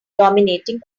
dominating